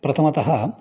प्रथमतः